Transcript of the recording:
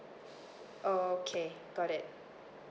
okay got it